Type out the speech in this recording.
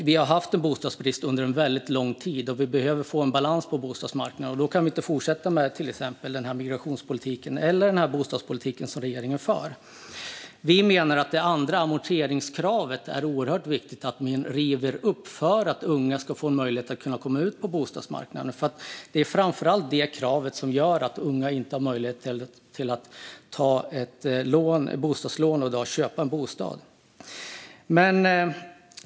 Vi har haft en bostadsbrist under väldigt lång tid, och vi behöver få en balans på bostadsmarknaden. Då kan vi inte fortsätta med den här migrationspolitiken eller bostadspolitiken som regeringen för. Vi menar att det är oerhört viktigt att man river upp det andra amorteringskravet för att unga ska få en möjlighet att komma in på bostadsmarknaden. Det är framför allt det kravet som gör att unga i dag inte har möjlighet att ta ett bostadslån och köpa en bostad.